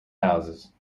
houses